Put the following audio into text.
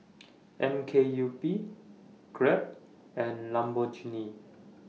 M K U P Grab and Lamborghini